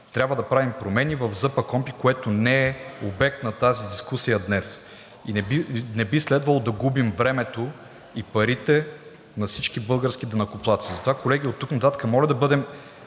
трябва да правим промени в ЗПКОНПИ, което не е обект на тази дискусия днес и не би следвало да губим времето и парите на всички български данъкоплатци. Затова, колеги, моля оттук нататък да бъдем